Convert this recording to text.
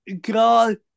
God